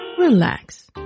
Relax